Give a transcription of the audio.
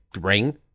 ring